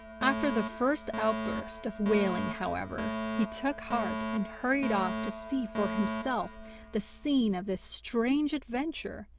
after the first outburst of wailing, however, he took heart and hurried off to see for himself the scene of this strange adventure,